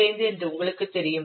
15 என்று உங்களுக்குத் தெரியும்